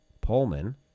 Pullman